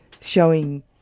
showing